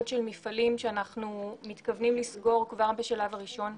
של מפעלים שאנחנו מתכוונים לסגור כבר בשלב הראשון.